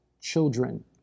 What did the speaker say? Children